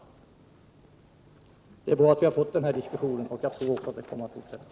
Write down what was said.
Det är, som sagt, bra att vi har fått i gång den här diskussionen, som jag tror kommer att fortsätta.